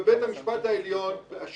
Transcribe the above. הצעת חוק לשכת עורכי הדין, של